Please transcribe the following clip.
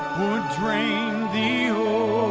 drain the